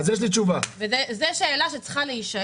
זו שאלה שצריכה להישאל.